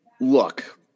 look